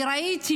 אני ראיתי,